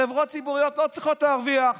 חברות ציבוריות לא צריכות להרוויח